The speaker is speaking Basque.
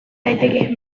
daiteke